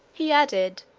he added,